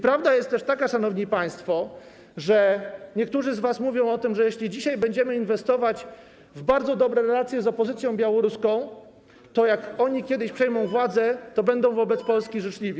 Prawda jest też taka, szanowni państwo, że niektórzy z was mówią o tym, że jeśli dzisiaj będziemy inwestować w bardzo dobre relacje z opozycją białoruską, to jak oni kiedyś przejmą władzę, to będą wobec Polski życzliwi.